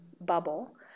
bubble